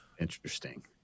interesting